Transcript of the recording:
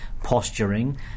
posturing